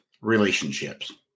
relationships